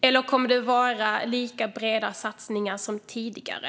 Eller kommer det att vara lika breda satsningar som tidigare?